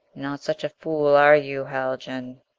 not such a fool are you, haljan